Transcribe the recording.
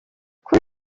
kuri